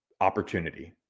opportunity